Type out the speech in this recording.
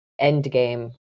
Endgame